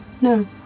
no